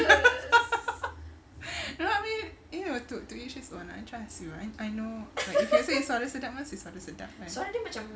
you know what I mean ya to each it's own I trust you I know like if you say suara sedap mesti suara sedap kan